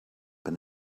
been